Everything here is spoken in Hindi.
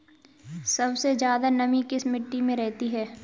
सबसे ज्यादा नमी किस मिट्टी में रहती है?